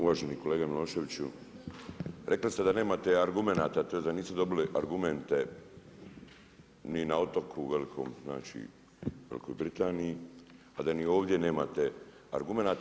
Uvaženi kolega Miloševiću, rekli ste da nemate argumenata, tj. da niste dobili argumente ni na otoku velikom, znači Velikoj Britaniji a da ni ovdje nemate argumenata.